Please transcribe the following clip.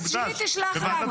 אז שהיא תשלח לנו.